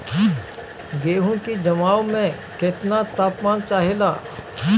गेहू की जमाव में केतना तापमान चाहेला?